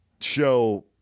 show